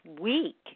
week